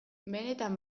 benetan